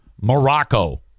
Morocco